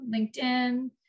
LinkedIn